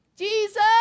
Jesus